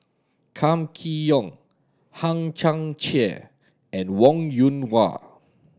Kam Kee Yong Hang Chang Chieh and Wong Yoon Wah